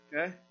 Okay